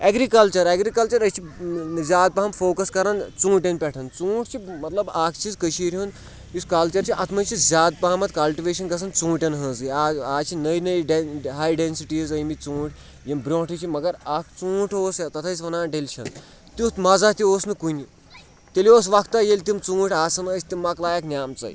agriculture agriculture أسۍ چھِ زیادٕ پَہَم فوکَس کَران ژوٗنٛٹھٮ۪ن پٮ۪ٹھ ژوٗنٛٹھۍ چھِ مطلب اَکھ چیٖز کٔشیٖرِ ہُنٛد یُس کَلچَر چھُ اَتھ منٛز چھِ زیادٕ پَہمَتھ کَلٹِویشَن گژھن ژوٗنٛٹھٮ۪ن ہٕنٛزٕے آز اَز چھِ نٔے نٔے ڈٮ۪ن ہاے ڈٮ۪نسِٹیٖز آمٕتۍ ژوٗنٛٹھۍ یِم برٛونٛٹھٕے چھِ مگر اَکھ ژوٗنٛٹھ اوس تَتھ ٲسۍ وَنان ڈٮ۪لِشَن تیُتھ مَزا تہِ اوس نہٕ کُنہِ تیٚلہِ اوس وقتہ ییٚلہِ تِم ژوٗنٛٹھۍ آسان ٲسۍ تِم مَکلایَکھ نیٛامژَے